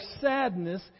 sadness